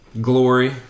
glory